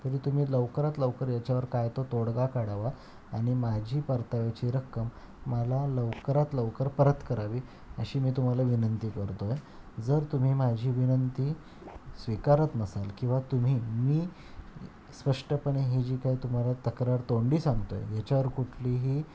तरी तुम्ही लवकरात लवकर याच्यावर काय तो तोडगा काढावा आणि माझी परताव्याची रक्कम मला लवकरात लवकर परत करावी अशी मी तुम्हाला विनंती करतो आहे जर तुम्ही माझी विनंती स्वीकारत नसाल किंवा तुम्ही मी स्पष्टपणे ही जी काय तुम्हाला तक्रार तोंडी सांगतो आहे ह्याच्यावर कुठलीही